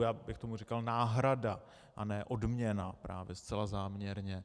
Já bych tomu říkal náhrada, a ne odměna, právě zcela záměrně.